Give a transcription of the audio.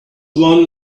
one